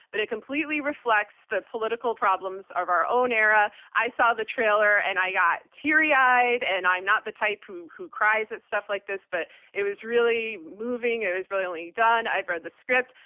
but it completely reflects the political problems of our own era. i saw the trailer, and i got teary-eyed, and i am not the type who who cries at stuff like this, but it was really moving, it was brilliantly done. i've read the script,